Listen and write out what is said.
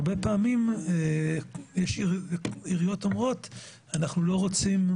הרבה פעמים העיריות אומרות שהם לא רוצים,